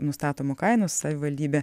nustatomų kainų savivaldybė